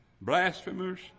blasphemers